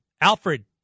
Alfred